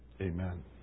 Amen